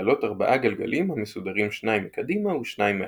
בעלות ארבעה גלגלים המסודרים שניים מקדימה ושניים מאחורה,